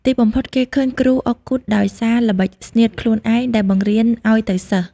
ទីបំផុតគេឃើញគ្រូអុកគូទដោយសារល្បិចស្នៀតខ្លួនឯងដែលបង្រៀនឲ្យទៅសិស្ស ។